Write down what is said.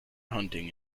hunting